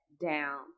down